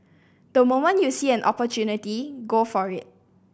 the moment you see an opportunity go for it